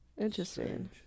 Interesting